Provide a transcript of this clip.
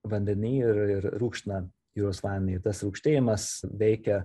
vandeny ir ir rūgština jūros vanį ir tas rūgštėjimas veikia